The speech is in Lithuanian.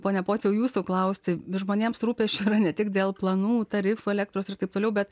pone pociau jūsų klausti žmonėms rūpesčių yra ne tik dėl planų tarifų elektros ir taip toliau bet